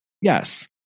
Yes